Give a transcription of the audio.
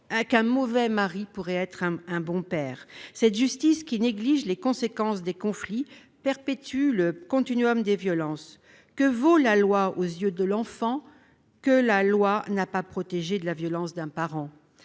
qu'un mauvais mari pourrait être un bon père. Cette justice qui néglige les conséquences des conflits perpétue le continuum des violences. Que vaut aux yeux de l'enfant la loi qui ne l'a pas protégé de la violence d'un parent ?